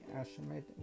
ashamed